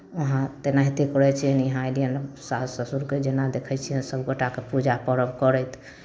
वहाँ तेनाहिते करै छियै यहाँ एलियनि सासु ससुरकेँ जेना देखै छियनि सभ गोटाकेँ पूजा पर्व करैत